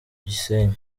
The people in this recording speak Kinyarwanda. gisenyi